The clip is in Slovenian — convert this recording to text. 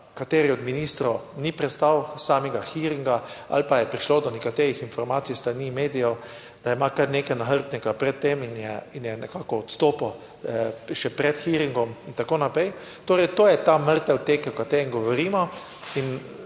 kateri od ministrov ni prestal samega hearinga ali pa je prišlo do nekaterih informacij s strani medijev, da ima kar nekaj nahrbtnika pred tem in je nekako odstopil, še pred hearingom in tako naprej. Torej, to je ta mrtev tek, o katerem govorimo